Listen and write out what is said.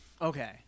Okay